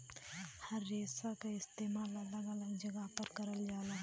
हर रेसा क इस्तेमाल अलग अलग जगह पर करल जाला